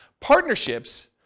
partnerships